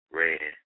red